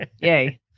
Yay